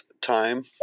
time